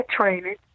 training